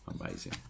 amazing